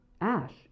ash